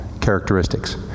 characteristics